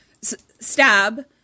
Stab